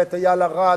ואת איל ארד,